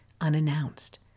unannounced